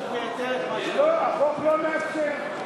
לא, החוק לא מאפשר.